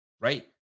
right